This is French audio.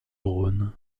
rhône